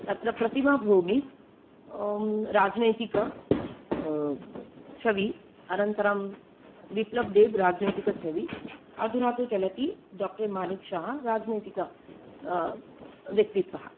तत्र प्रतिमाभूमिः राजनैतिकः छवी अनन्तरं विप्लब्देब् राजनैतिक छवी अधुना तु चलति डाक्टर् मानिक् शहा राजनैतिक व्यक्तिक्त्वः